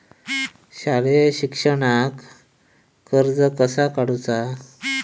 शालेय शिक्षणाक कर्ज कसा काढूचा?